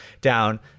down